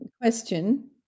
question